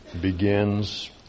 begins